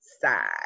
side